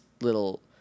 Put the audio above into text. little